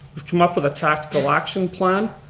we've come up with a tactical action plan,